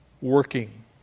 Working